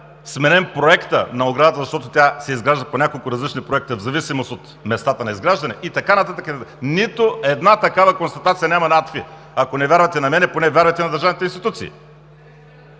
сменен проект на оградата – защото тя се изгражда по няколко различни проекта, в зависимост от местата на изграждане, и така нататък. Нито една такава констатация няма на АДФИ! Ако не вярвате на мен, поне вярвайте на държавните институции.